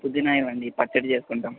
పుదీనా ఇవ్వండి పచ్చడి చేసుకుంటాము